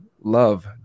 love